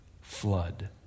Flood